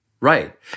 Right